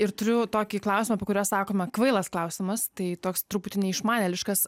ir turiu tokį klausimą po kurio sakoma kvailas klausimas tai toks truputį neišmanėliškas